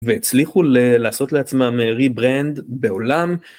והצליחו לעשות לעצמם ריברנד בעולם.